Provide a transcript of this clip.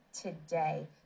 today